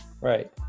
Right